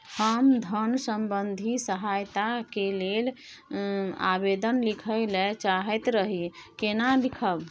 हम धन संबंधी सहायता के लैल आवेदन लिखय ल चाहैत रही केना लिखब?